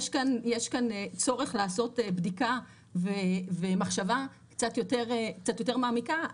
יש כאן צורך לעשות בדיקה ומחשבה קצת יותר מעמיקה.